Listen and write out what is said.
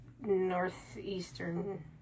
northeastern